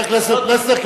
חבר הכנסת פלסנר,